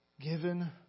given